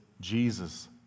Jesus